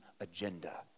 agenda